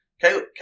Caleb